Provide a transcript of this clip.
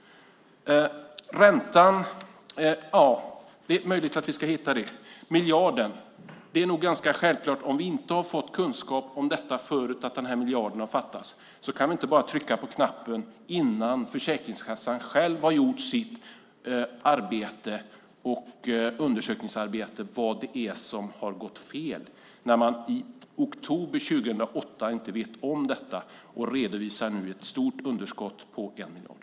Det är möjligt att vi kan hitta en lösning. När det gäller miljarden är det ganska självklart att vi inte bara kan trycka på knappen om vi inte fått kunskap om att miljarden fattas. Först måste Försäkringskassan göra sitt undersökningsarbete och se vad det är som har gått fel eftersom man i oktober 2008 inte kände till detta och nu redovisar ett stort underskott, ett underskott på 1 miljard.